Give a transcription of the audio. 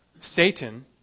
Satan